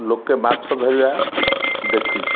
ଲୋକେ ମାଛ ଧରିବା ଦେଖିଲୁ